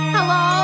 Hello